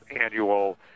annual